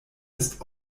ist